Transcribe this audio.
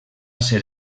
ser